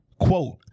quote